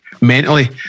mentally